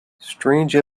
strange